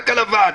רק הלבן.